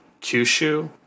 Kyushu